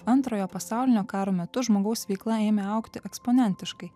antrojo pasaulinio karo metu žmogaus veikla ėmė augti eksponentiškai